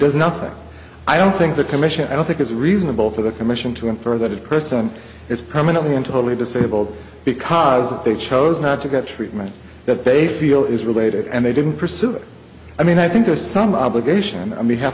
does nothing i don't think the commission i don't think it's reasonable for the commission to infer that a person is permanently and totally disabled because they chose not to get treatment that they feel is related and they didn't pursue it i mean i think there's some obligation